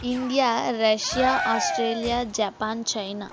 India Russia Australia Japan China